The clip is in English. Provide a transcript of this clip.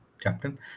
captain